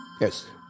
Yes